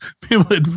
People